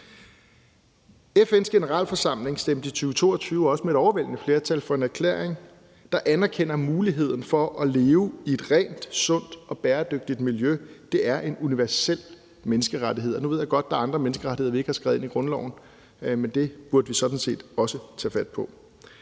FN's Generalforsamling stemte også i 2022 med et overvældende flertal for en erklæring, der anerkender rettigheden for at leve i et rent, sundt og bæredygtigt miljø. Det er en universel menneskerettighed. Nu ved jeg godt, at der er andre menneskerettigheder, vi ikke har skrevet ind i grundloven, men det burde vi sådan set også tage fat på.